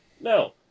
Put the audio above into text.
No